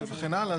וכן הלאה.